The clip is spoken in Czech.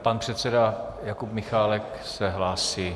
Pan předseda Jakub Michálek se hlásí.